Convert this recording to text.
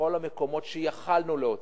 בכל המקומות שיכולנו להוציא,